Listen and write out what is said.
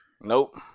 Nope